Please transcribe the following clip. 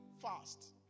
Fast